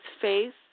faith